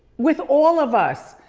with all of us,